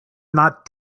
not